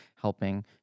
helping